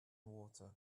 water